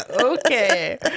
okay